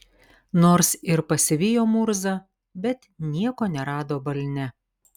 nors ir pasivijo murzą bet nieko nerado balne